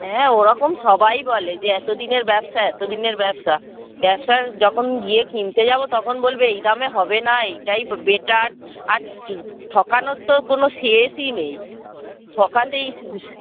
হ্যাঁ ওরকম সবাই বলে যে এতদিনের ব্যবসা এতদিনের ব্যবসা ব্যবসা যখন গিয়ে কিনতে যাবো তখন বলবে এই দামে হবে না এইটাই বেটার আর ঠকানোর তো কোনো শেষই নেই ঠকাতেই